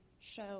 show